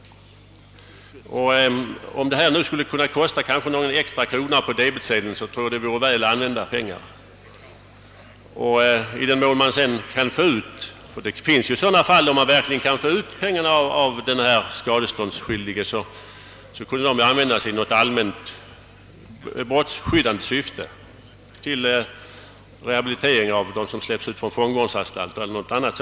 Om detta skulle kosta någon extra krona på debetsedeln, tror jag det vore väl använda pengar. I den mån man sedan kan få ut pengarna av den skadeståndsskyldige — och det finns sådana fall — kunde dessa användas till något allmänt brottsskyddande syfte, t.ex. till rehabilitering av dem som släpps ut från fångvårdsanstalterna eller något annat.